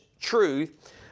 truth